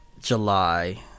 July